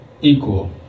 equal